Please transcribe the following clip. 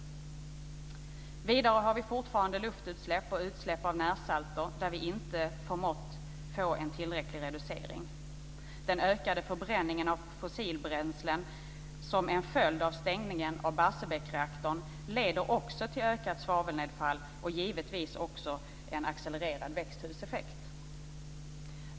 Vidare har vi fortfarande luftutsläpp och utsläpp av närsalter, där vi inte förmått få en tillräcklig reducering. Den ökade förbränningen av fossilbränslen som en följd av stängningen av Barsebäcksreaktorn leder också till ökat svavelnedfall och givetvis också en accelererad växthuseffekt.